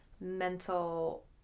mental